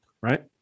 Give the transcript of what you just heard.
right